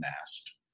mast